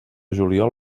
juliol